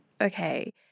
Okay